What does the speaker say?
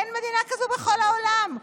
אין מדינה כזאת בכל העולם.